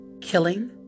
killing